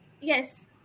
yes